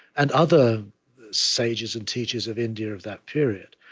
and other sages and teachers of india of that period.